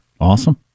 Awesome